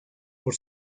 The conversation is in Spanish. por